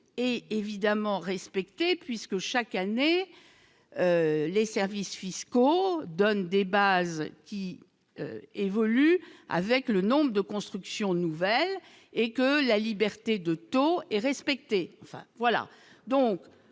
et évidemment respectée puisque chaque année, les services fiscaux donne des bases qui évolue avec le nombre de constructions nouvelles et que la liberté de ton et respecter